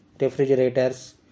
refrigerators